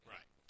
Right